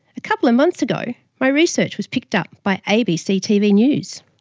a couple of months ago my research was picked up by abc tv news.